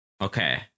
Okay